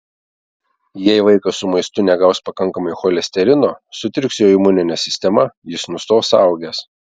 jei vaikas su maistu negaus pakankamai cholesterino sutriks jo imuninė sistema jis nustos augęs